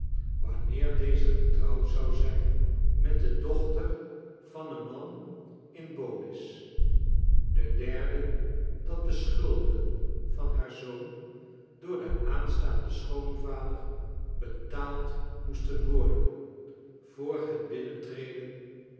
wanneer deze getrouwd zou zijn met de dochter van een man in bonis de derde dat de schulden vaii haa r zoon door den aanstaanden schoonvader betaald moesten wordon voor het binuentreden